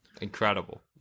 Incredible